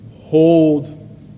hold